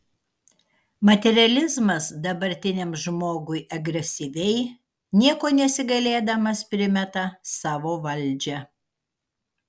materializmas dabartiniam žmogui agresyviai nieko nesigailėdamas primeta savo valdžią